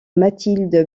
mathilde